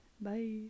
Bye